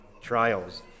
trials